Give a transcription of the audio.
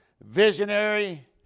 visionary